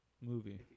movie